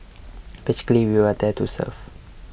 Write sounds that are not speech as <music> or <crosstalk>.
<noise> basically you are there to serve